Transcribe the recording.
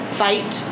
fight